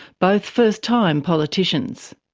both first-time politicians.